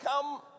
come